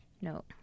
No